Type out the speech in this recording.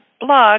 blog